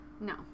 No